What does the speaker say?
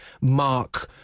mark